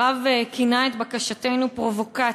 הרב כינה את בקשתנו "פרובוקציה".